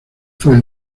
fue